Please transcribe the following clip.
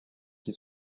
qui